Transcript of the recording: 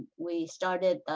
we started the